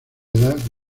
edad